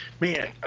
Man